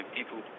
People